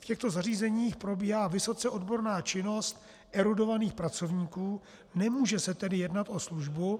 V těchto zařízeních probíhá vysoce odborná činnost erudovaných pracovníků, nemůže se tedy jednat o službu.